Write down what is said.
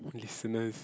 listeners